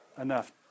enough